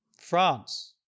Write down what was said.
France